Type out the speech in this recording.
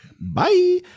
Bye